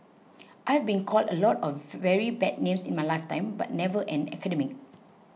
I've been called a lot of very bad names in my lifetime but never an academic